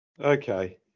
Okay